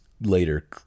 later